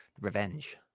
Revenge